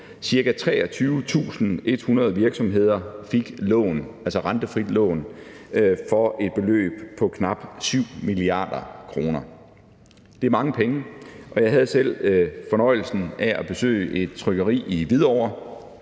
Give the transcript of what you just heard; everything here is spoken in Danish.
Ca. 23.100 virksomheder fik rentefrie lån for et beløb på knap 7 mia. kr. Det er mange penge, og jeg havde selv fornøjelsen af at besøge et trykkeri i Hvidovre,